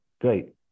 great